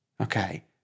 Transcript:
Okay